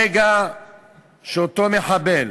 ברגע שאותו מחבל